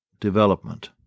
development